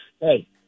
Hey